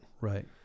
right